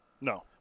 No